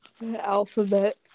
Alphabet